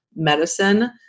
Medicine